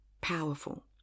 powerful